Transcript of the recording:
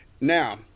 Now